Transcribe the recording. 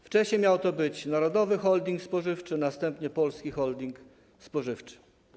Wcześniej miał to być narodowy holding spożywczy, następnie - polski holding spożywczy.